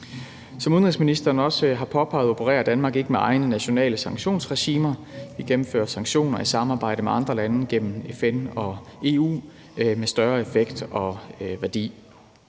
Som udenrigsministeren også har påpeget, opererer Danmark ikke med egne nationale sanktionsregimer. Vi gennemfører sanktioner i samarbejde med andre lande igennem FN og EU med større effekt og værdi.